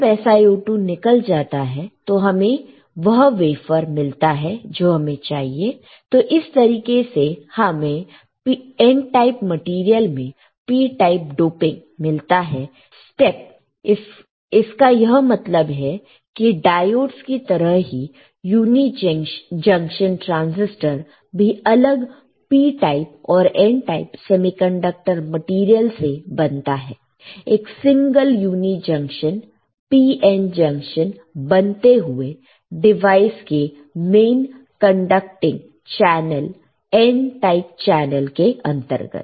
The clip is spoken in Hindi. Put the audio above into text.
जब SiO2 निकल जाता है तो हमें वह वेफर मिलता है जो हमें चाहिए तो इस तरीके से हमें N टाइप मैटेरियल में P टाइप डोपिंग मिलता है स्टेप इसका यह मतलब है कि डायोड्स की तरह ही यूनी जंक्शन ट्रांसिस्टर भी अलग P टाइप और N टाइप सेमीकंडक्टर मैटेरियल से बनता है एक single unijunction PN junction बनते हुए डिवाइस के main conducting N type channel के अंतर्गत